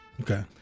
Okay